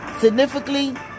significantly